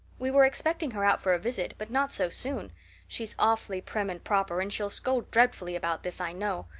we were expecting her out for a visit, but not so soon she's awfully prim and proper and she'll scold dreadfully about this, i know.